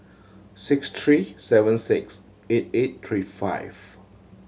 six three seven six eight eight three five